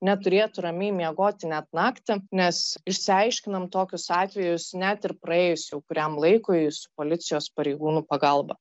neturėtų ramiai miegoti net naktį nes išsiaiškinam tokius atvejus net ir praėjus jau kuriam laikui su policijos pareigūnų pagalba